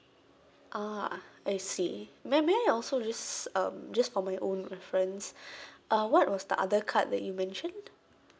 ah I see may may I also just um just for my own reference uh what was the other card that you mentioned